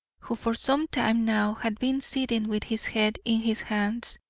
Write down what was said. who for some time now had been sitting with his head in his hands,